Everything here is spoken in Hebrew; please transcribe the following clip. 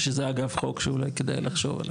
שזה אגב חוק שאולי כדאי לחשוב עליו.